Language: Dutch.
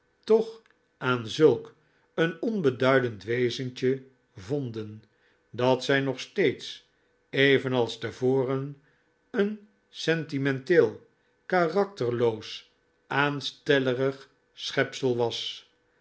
toch aan zulk een onbeduidend wezentje vonden dat zij nog steeds evenals te voren een sentimenteel karakterloos aanstellerig schepsel was